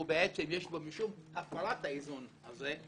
יש בו משום הפרת האיזון הזה?